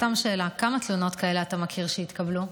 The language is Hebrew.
סתם שאלה: כמה תלונות כאלה אתה מכיר שהתקבלו?